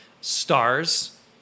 stars